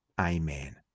Amen